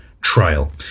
trial